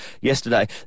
yesterday